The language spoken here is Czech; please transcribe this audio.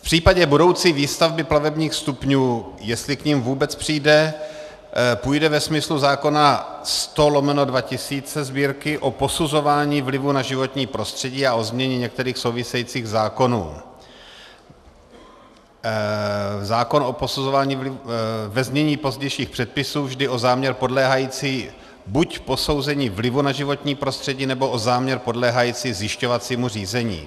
V případě budoucí výstavby plavebních stupňů, jestli k nim vůbec přijde, půjde ve smyslu zákona č. 100/2000 Sb., o posuzování vlivu na životní prostředí a o změně některých souvisejících zákonů, zákon o posuzování vlivu, ve znění pozdějších předpisů, vždy o záměr podléhající buď posouzení vlivu na životní prostředí, nebo o záměr podléhající zjišťovacímu řízení.